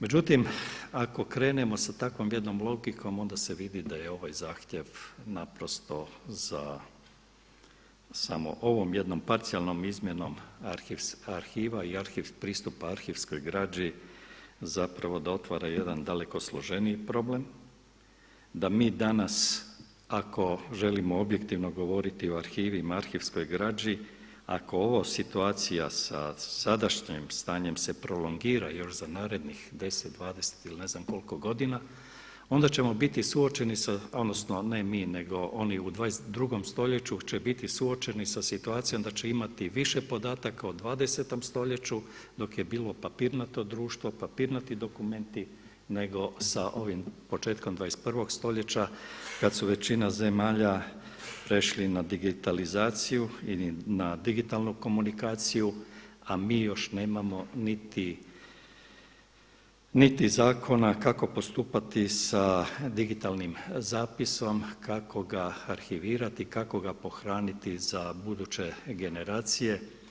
Međutim, ako krenemo sa takvom jednom logikom onda se vidi da je ovaj zahtjev naprosto samo ovom jednom parcijalnom izmjenom arhiva i pristupa arhivskog građi zapravo da otvara jedan daleko složeniji problem, da mi danas ako želimo objektivno govoriti o arhivi i arhivskoj građi, ako ova situacija sa sadašnjim stanjem se prolongira još za narednih 10, 20 ili ne znam koliko godina, onda ćemo biti suočeni sa, odnosno ne mi nego oni u 22. stoljeću će biti suočeni sa situacijom da će imati više podataka o 20. stoljeću dok je bilo papirnato društvo, papirnati dokumenti nego sa ovim početkom 21. stojeća kada je većina zemalja prešli na digitalizaciju ili na digitalnu komunikaciju, a mi još nemamo niti zakona kako postupati sa digitalnim zapisom, kako ga arhivirati, kako ga pohraniti za buduće generacije.